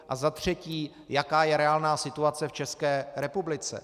A za třetí jaká je reálná situace v České republice?